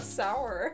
sour